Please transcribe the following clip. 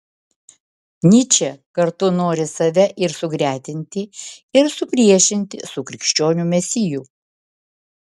nyčė kartu nori save ir sugretinti ir supriešinti su krikščionių mesiju